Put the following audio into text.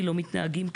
לחיזוק הרשות המבצעת,